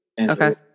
Okay